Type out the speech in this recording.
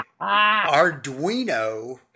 Arduino